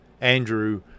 Andrew